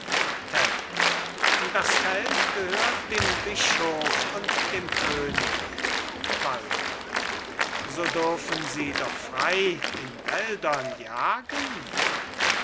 das feld gehört dem bischof und dem könig walther so dürfen sie doch frei in wäldern jagen